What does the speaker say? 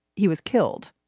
he was killed,